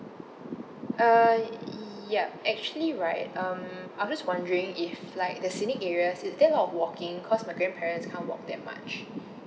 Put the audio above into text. uh ya actually right um I'm just wondering if like the scenic areas is there a lot of walking cause my grandparents can't walk that much